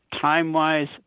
time-wise